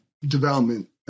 development